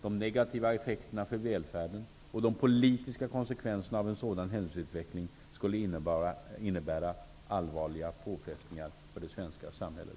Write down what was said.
De negativa effekterna för välfärden och de politiska konsekvenserna av en sådan händelseutveckling skulle innebära allvarliga påfrestningar för det svenska samhället.